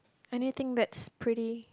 anything that's pretty